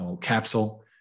capsule